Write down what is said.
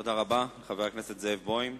תודה רבה לחבר הכנסת בוים.